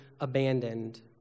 abandoned